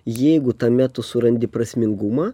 jeigu tame tu surandi prasmingumą